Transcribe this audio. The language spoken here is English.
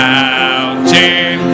mountain